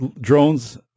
drones